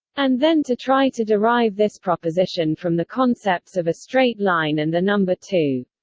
and then to try to derive this proposition from the concepts of a straight line and the number two.